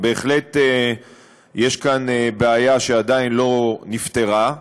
בהחלט יש כאן בעיה שעדיין לא נפתרה.